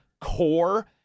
core